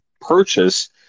purchase